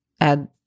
add